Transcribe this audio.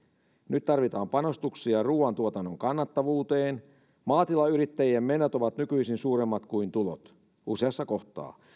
nyt tarvitaan panostuksia ruoantuotannon kannattavuuteen maatilayrittäjien menot ovat nykyisin suuremmat kuin tulot useassa kohtaa